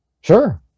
Sure